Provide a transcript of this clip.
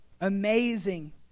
amazing